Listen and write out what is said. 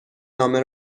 نامه